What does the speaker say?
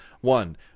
One